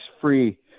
free